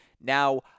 Now